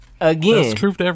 Again